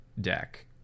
deck